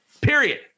Period